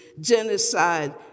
genocide